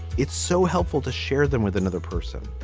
it's so helpful to share them with another person.